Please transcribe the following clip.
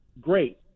great